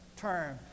term